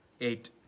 eight